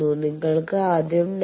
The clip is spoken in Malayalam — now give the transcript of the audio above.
നിങ്ങൾക്ക് ആദ്യം 92